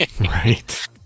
Right